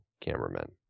cameramen